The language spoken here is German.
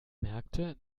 merkte